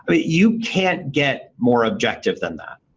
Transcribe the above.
but you can't get more objective than that.